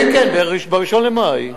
כן, כן, ב-1 במאי.